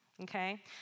okay